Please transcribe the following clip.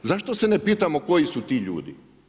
Zašto se ne pitamo koji su ti ljudi?